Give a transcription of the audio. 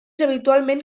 habitualment